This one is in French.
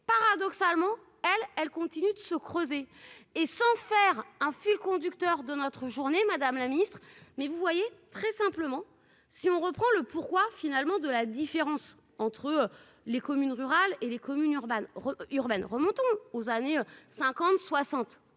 paradoxalement, elle, elle continue de se creuser et sans faire un fil conducteur de notre journée, Madame la Ministre, mais vous voyez, très simplement, si on reprend le pourquoi, finalement, de la différence entre les communes rurales et les communes Urban urbaine remontant aux années 50 60